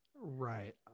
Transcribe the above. Right